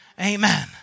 Amen